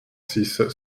six